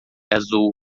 azul